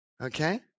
Okay